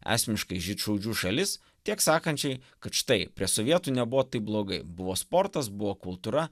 esmiškai žydšaudžių šalis tiek sakančiai kad štai prie sovietų nebuvo taip blogai buvo sportas buvo kultūra